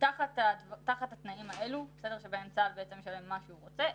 תחת התנאים האלו שבהם צה"ל ישלם מה שהוא רוצה,